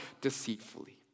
deceitfully